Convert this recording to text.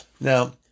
Now